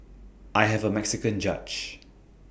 I have A Mexican judge